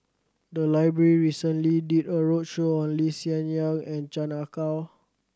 the library recently did a roadshow on Lee Hsien Yang and Chan Ah Kow